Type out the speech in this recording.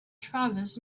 travis